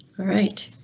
alright,